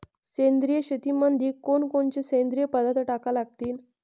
सेंद्रिय शेतीमंदी कोनकोनचे सेंद्रिय पदार्थ टाका लागतीन?